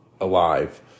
alive